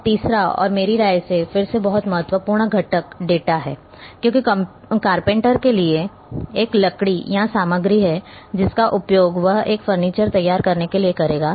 अब तीसरा और मेरी राय में फिर से बहुत महत्वपूर्ण घटक डेटा है क्योंकि कारपेंटर के लिए एक लकड़ी या सामग्री है जिसका उपयोग वह एक फर्नीचर तैयार करने के लिए करेगा